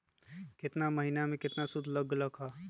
केतना महीना में कितना शुध लग लक ह?